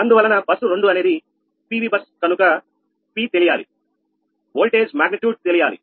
అందువలన బస్సు రెండు అనేది పీవీబస్ కనుక P తెలియాలి వోల్టేజ్ మాగ్నిట్యూడ్ తెలియాలి